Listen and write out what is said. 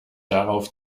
darauf